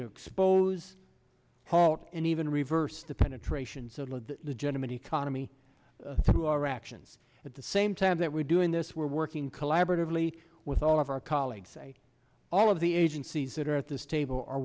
to expose halt and even reverse the penetration soul of the gentleman economy through our actions at the same time that we're doing this we're working collaboratively with all of our colleagues say all of the agencies that are at this table